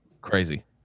crazy